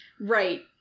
Right